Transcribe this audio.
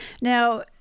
Now